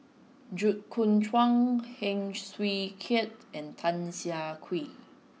Jit Koon Ch'ng Heng Swee Keat and Tan Siah Kwee